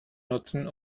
nutzen